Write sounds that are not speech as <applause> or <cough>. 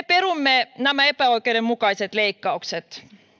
<unintelligible> perumme nämä epäoikeudenmukaiset leikkaukset